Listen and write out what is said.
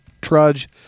trudge